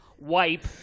wipe